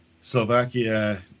Slovakia